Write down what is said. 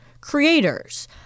creators